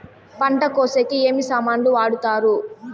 పంట కోసేకి ఏమి సామాన్లు వాడుతారు?